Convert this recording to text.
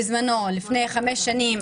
במיוחד שלפני חמש שנים,